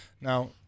Now